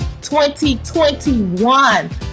2021